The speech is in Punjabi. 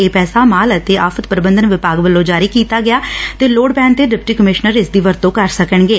ਇਹ ਪੈਸਾ ਮਾਲ ਅਤੇ ਆਫ਼ਤ ਪ੍ਰਬੰਧਨ ਵਿਭਾਗ ਵੱਲੋਂ ਜਾਰੀ ਕੀਤਾ ਗਿਐ ਤੇ ਲੋੜ ਪੈਣ ਤੇ ਡਿਪਟੀ ਕਮਿਸ਼ਨਰ ਇਸ ਦੀ ਵਰਤੋਂ ਕਰ ਸਕਣਗੇ